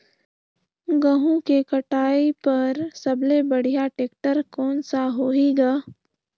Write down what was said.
गहूं के कटाई पर सबले बढ़िया टेक्टर कोन सा होही ग?